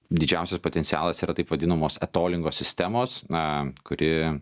didžiausias potencialas yra taip vadinamos etolingo sistemos na kuri